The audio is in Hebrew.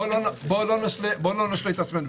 בוא לא נשלה את עצמנו.